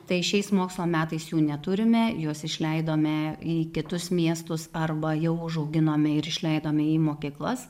tai šiais mokslo metais jų neturime juos išleidome į kitus miestus arba jau užauginome ir išleidome į mokyklas